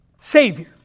Savior